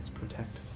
protect